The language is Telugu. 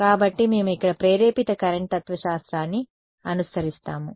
కాబట్టి మేము ఇక్కడ ప్రేరేపిత కరెంట్ తత్వశాస్త్రాన్ని అనుసరిస్తాము